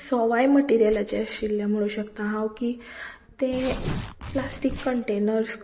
सवाय मटिरियलाचे आशिल्ले म्हणूंक शकता हांव की ते प्लास्टीक कंटेनर्स